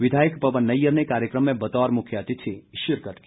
विधायक पवन नैय्यर ने कार्यकम में बतौर मुख्यातिथि शिरकत की